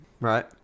Right